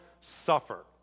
suffer